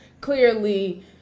clearly